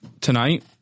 tonight